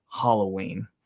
Halloween